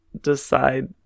decide